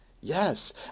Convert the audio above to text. Yes